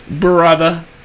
Brother